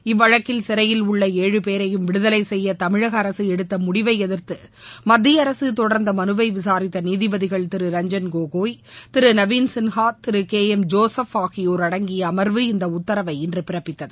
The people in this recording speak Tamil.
இல்வழக்கில் சிறையில் உள்ள ஏழு பேரையும் விடுதலை செய்ய தமிழக அரசு எடுத்த முடிவை எதிர்த்து மத்திய அரசு தொடர்ந்த மனுவை விளரித்த நீதிபதிகள் திரு ரஞ்சன் கோகோய் திரு நவீன் சின்ஹா திரு கே எம் ஜோசுப் ஆகியோர் அடங்கிய அமர்வு இந்த உத்தரவை இன்று பிறப்பித்தது